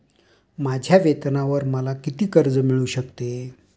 माझ्या वेतनावर मला किती कर्ज मिळू शकते?